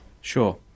sure